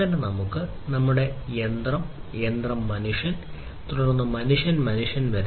അങ്ങനെ നമുക്ക് യന്ത്രം മുതൽ യന്ത്രം യന്ത്രം മനുഷ്യൻ തുടർന്ന് മനുഷ്യൻ മുതൽ മനുഷ്യൻ വരെ